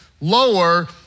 lower